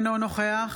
אינו נוכח